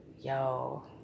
Yo